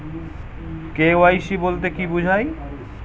KYC বলতে কি বোঝায়?